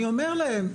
אני אומר להם,